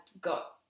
got